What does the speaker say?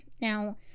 now